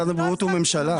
משרד בריאות הוא ממשלה.